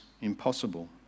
impossible